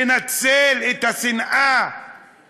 לנצל את השנאה